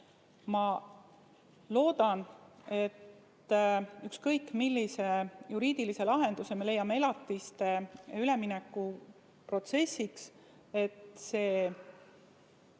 ma loodan, et ükskõik millise juriidilise lahenduse me leiame elatiste ülemineku protsessile, on see